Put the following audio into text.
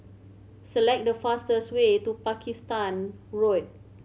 select the fastest way to Pakistan Road